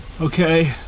Okay